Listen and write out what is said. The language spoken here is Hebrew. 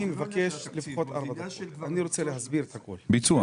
זה עניין של ביצוע.